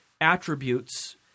attributes